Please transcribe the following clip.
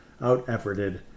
Out-efforted